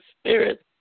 spirit